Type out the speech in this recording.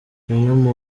bamwe